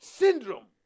syndrome